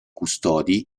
custodi